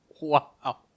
Wow